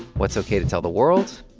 what's ok to tell the world?